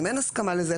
אם אין הסכמה לזה,